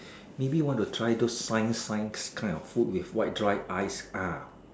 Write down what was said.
maybe want to try those science science kind of food with white dry ice ah